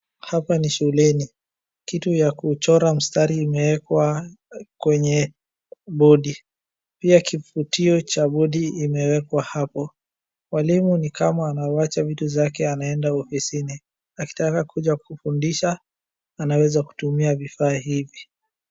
Hapa ni shuleni. Kitu ya kuchora mstari imeekwa kwenye bodi pia kifutio cha bodi imewekwa hapo, mwalimu ni kama anawacha vitu zake anaenda ofisini akitaka kuja kufundisha anaweza kutumia vifaa hivi.